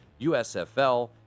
USFL